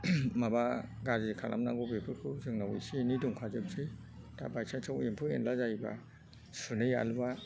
माबा गाज्रि खालामनांगौ बेफोरखौ जोंनाव एसे एनै दंखाजोबसै दा बाइसान्सआव एम्फौ एनला जायोबा सुनै आलुवा